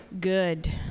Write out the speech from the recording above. good